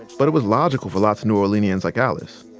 but it was logical for lots of new orleanians like alice.